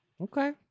Okay